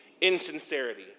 insincerity